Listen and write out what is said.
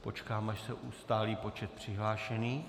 Počkám, až se ustálí počet přihlášených.